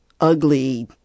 ugly